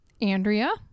Andrea